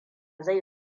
zai